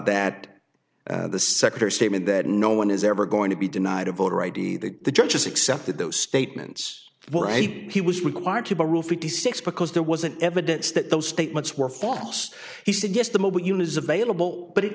that the secretary statement that no one is ever going to be denied a voter id that the judge has accepted those statements he was required to rule fifty six because there wasn't evidence that those statements were fast he said yes the mobile unit is available but it